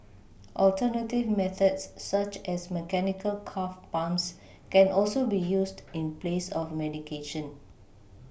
alternative methods such as mechanical calf pumps can also be used in place of medication